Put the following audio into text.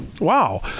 Wow